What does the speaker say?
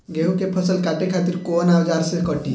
गेहूं के फसल काटे खातिर कोवन औजार से कटी?